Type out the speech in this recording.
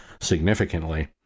significantly